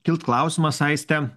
kilt klausimas aiste